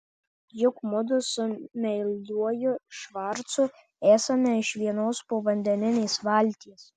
juk mudu su meiliuoju švarcu esame iš vienos povandeninės valties